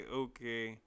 okay